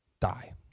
die